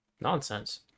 Nonsense